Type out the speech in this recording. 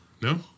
No